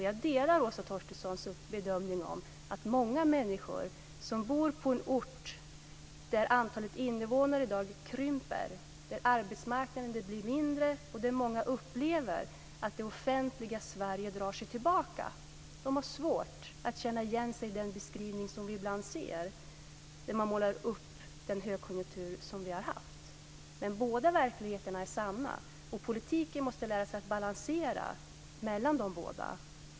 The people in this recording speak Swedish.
Jag delar Åsa Torstenssons bedömning att många människor som bor på en ort där antalet invånare i dag krymper, där arbetsmarknaden blir mindre och där många upplever att det offentliga Sverige drar sig tillbaka har svårt att känna igen sig i den beskrivning som vi ibland ser när man målar upp den högkonjunktur som vi har haft. Men båda verkligheterna är sanna. I politiken måste vi lära oss att balansera mellan de båda.